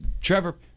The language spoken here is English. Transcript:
Trevor